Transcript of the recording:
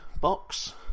box